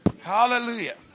Hallelujah